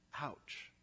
Ouch